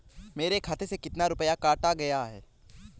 मेरे खाते से कितना रुपया काटा गया है?